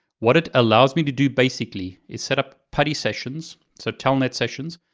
what it allows me to do basically is set up putty sessions, so telnet sessions,